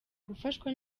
gufashwa